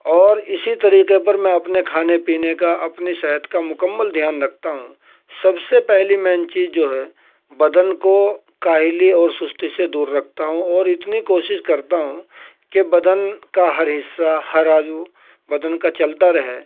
اور اسی طریقے پر میں اپنے کھانے پینے کا اپنی صحت کا مکمل دھیان رکھتا ہوں سب سے پہلی مین چیز جو ہے بدن کو کاہلی اور سستی سے دور رکھتا ہوں اور اتنی کوشش کرتا ہوں کہ بدن کا ہر حصہ ہر عضو بدن کا چلتا رہے